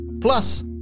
Plus